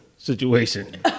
Situation